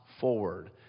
forward